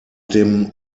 dem